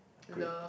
great